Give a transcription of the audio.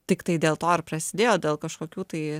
tiktai dėl to ir prasidėjo dėl kažkokių tai